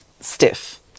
stiff